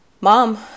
mom